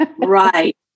right